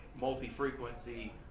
multi-frequency